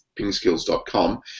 pingskills.com